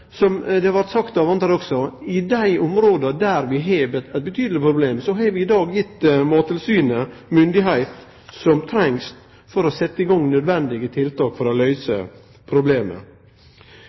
som det vart sagt av andre også, har vi i dag i dei områda der vi har eit betydeleg problem, gitt Mattilsynet den myndigheita som trengst for å setje i gang nødvendige tiltak for å løyse problemet.